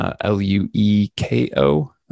L-U-E-K-O